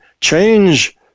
change